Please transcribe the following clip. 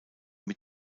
mit